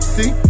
See